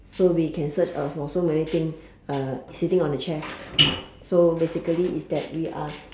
so we can search uh for so many thing uh sitting on the chair so basically is that we are